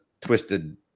twisted